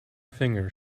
finger